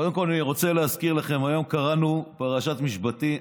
קודם כול אני רוצה להזכיר לכם שהיום קראנו את פרשת משפטים,